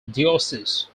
diocese